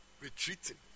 retreating